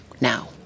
Now